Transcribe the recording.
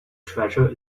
treasure